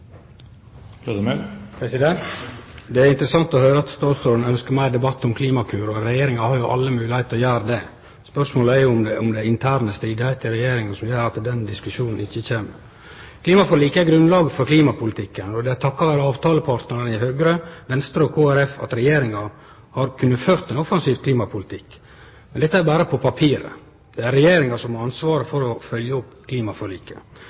oppfølgingsspørsmål. Det er interessant å høyre at statsråden ønskjer meir debatt om Klimakur. Det har jo Regjeringa alle moglegheiter til. Spørsmålet er om det er intern strid i Regjeringa som gjer at den diskusjonen ikkje kjem. Klimaforliket er grunnlaget for klimapolitikken. Det er takk vere avtalepartnarane i Høgre, Venstre og Kristeleg Folkeparti at Regjeringa har kunna føre ein offensiv klimapolitikk. Men dette er berre på papiret. Det er Regjeringa som har ansvaret for å følgje opp klimaforliket.